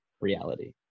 reality